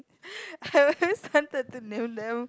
I always started to name them